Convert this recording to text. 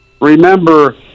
remember